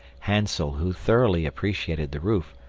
hansel, who thoroughly appreciated the roof,